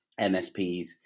MSPs